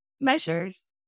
measures